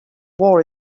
war